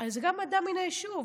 זה גם אדם מן היישוב,